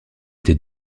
été